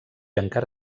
encara